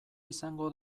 izango